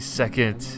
second